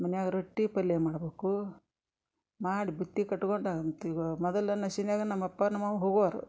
ಮನ್ಯಾಗ ರೊಟ್ಟಿ ಪಲ್ಯೆ ಮಾಡಬೇಕು ಮಾಡಿ ಬುತ್ತಿ ಕಟ್ಕೊಂಡ ಅಂತಿವ ಮೊದಲ ನಶಿನ್ಯಾಗ ನಮ್ಮ ಅಪ್ಪ ನಮ್ಮ ಅವ ಹೋಗೋರು